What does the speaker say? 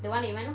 one you went lor